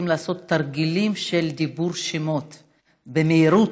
לעשות תרגילים של אמירת שמות במהירות,